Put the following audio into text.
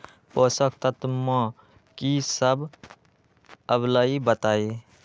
पोषक तत्व म की सब आबलई बताई?